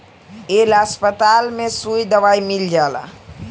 ए ला अस्पताल में सुई दवाई मील जाला